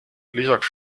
lisaks